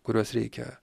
kuriuos reikia